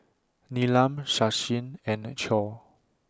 Neelam Sachin and Choor